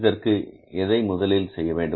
இதற்கு எதை முதலில் செய்ய வேண்டும்